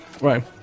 right